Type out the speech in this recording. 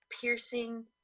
piercing